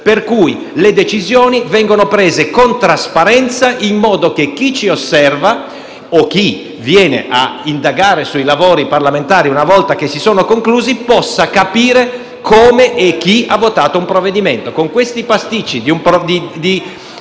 per cui le decisioni vengono prese con trasparenza, in modo che chi ci osserva o chi viene a indagare sui lavori parlamentari una volta conclusi possa capire come e chi ha votato il provvedimento.